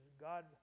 God